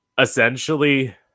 essentially